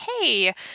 hey